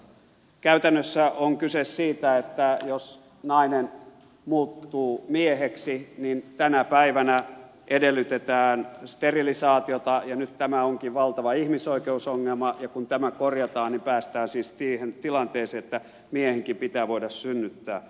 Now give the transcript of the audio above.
käytännössä on kyse siitä että jos nainen muuttuu mieheksi niin tänä päivänä edellytetään sterilisaatiota ja nyt tämä onkin valtava ihmisoikeusongelma ja kun tämä korjataan niin päästään siis siihen tilanteeseen että miehenkin pitää voida synnyttää